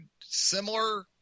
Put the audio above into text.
similar